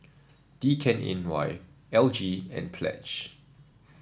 D K N Y L G and Pledge